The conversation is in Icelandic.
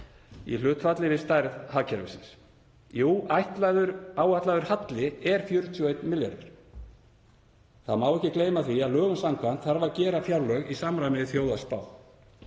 í hlutfalli við stærð hagkerfisins. Jú, áætlaður halli er 41 milljarður. Það má ekki gleyma því að lögum samkvæmt þarf að gera fjárlög í samræmi við þjóðhagsspá.